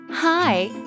Hi